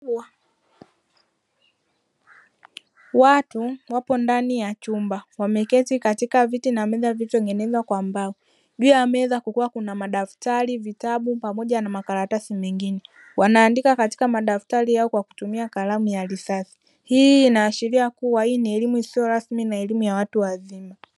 Watu wapo ndani ya chumba wameketi katika viti na meza zilizotengenezwa kwa mbao. Juu ya meza kukiwa na madaftari, vitabu pamoja na makaratasi mengine. Wanaandika katika madaftari yao kwa kutumia kalamu ya risasi; hii inaashiria kuwa ni elimu isiyo rasmi na elimu ya watu wazima.